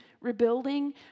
rebuilding